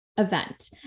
event